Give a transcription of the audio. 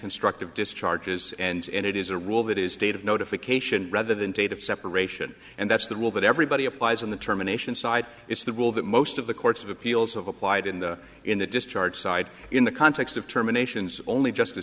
constructive discharges and it is a rule that is state of notification rather than date of separation and that's the rule that everybody applies in the terminations side it's the rule that most of the courts of appeals of applied and in the discharge side in the context of terminations only just